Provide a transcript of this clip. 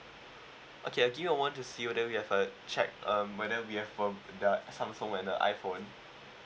okay ah give me a one to see whether we have uh check um whether we have for the Samsung and the iphone